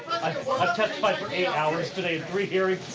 i've testified for eight hours today in three hearings.